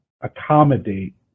accommodate